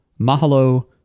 Mahalo